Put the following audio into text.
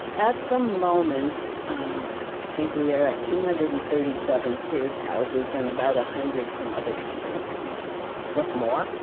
at the moment i think we're at two hundred and thirty seven sears houses, and about a hundred from other companies what's more,